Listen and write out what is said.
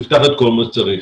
תפתח את כל מה שצריך.